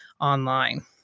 online